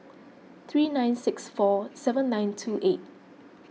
three nine six four seven nine two eight